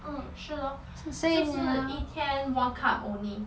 mm 是咯就是一天 one cup only